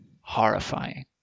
Horrifying